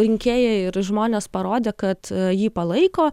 rinkėjai ir žmonės parodė kad jį palaiko